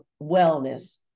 wellness